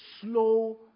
slow